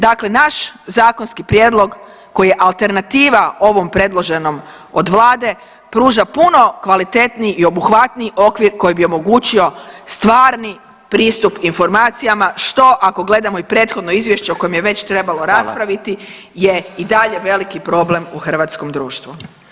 Dakle, naš zakonski prijedlog koji je alternativa ovom predloženom od vlade pruža puno kvalitetniji i obuhvatniji okvir koji bi omogućio stvarni pristup informacijama što ako gledamo i prethodno izvješće o kojem je već trebalo [[Upadica Radin: Hvala.]] raspraviti je i dalje veliki problem u hrvatskom društvu.